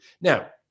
Now